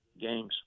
games